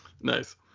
Nice